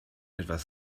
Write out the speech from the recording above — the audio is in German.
etwas